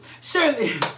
Surely